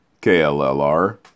K-L-L-R